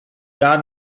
gar